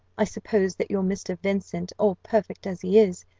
i suppose that your mr. vincent, all perfect as he is,